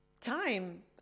time